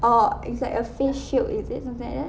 or it's like a face shield is it something like that